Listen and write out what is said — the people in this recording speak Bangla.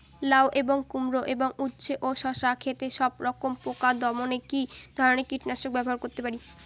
লাউ এবং কুমড়ো এবং উচ্ছে ও শসা ক্ষেতে সবরকম পোকা দমনে কী ধরনের কীটনাশক ব্যবহার করতে পারি?